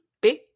big